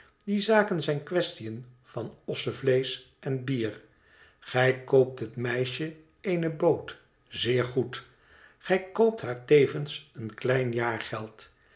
die zaken zijn quaestiën van ossevleesch en bier gij koopt het meisje eene boot zeer goed gij koopt haar tevens een klein jaargeld